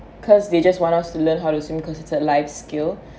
because they just want us to learn how to swim cause it's a life skill